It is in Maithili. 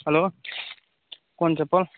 हलो कोन चप्पल